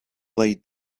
lay